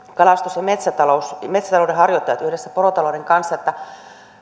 kalastus ja metsätalous yhdessä porotalouden kanssa